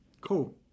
Cool